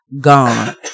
Gone